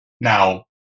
Now